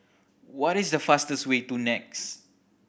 what is the fastest way to NEX